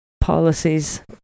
policies